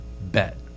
bet